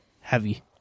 heavy